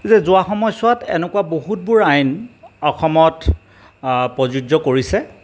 যে যোৱা সময়ছোৱাত এনেকুৱা বহুতবোৰ আইন অসমত প্ৰযোজ্য কৰিছে